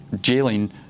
jailing